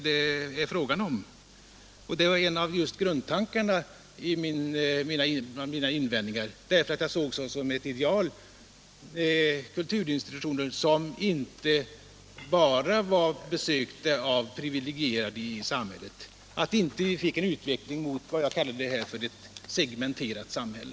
Det är just grundtanken bakom mina invändningar att jag såg som ett ideal att vi hade kulturinstitutioner som inte bara var besökta av de privilegierade i samhället och att vi inte fick en utveckling mot vad jag här kallade ett segmenterat samhälle.